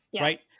Right